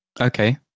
Okay